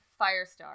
Firestar